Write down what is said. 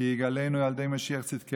הקדושים כי יגאלנו על ידי משיח צדקנו,